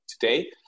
today